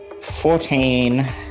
fourteen